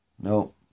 No